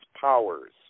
powers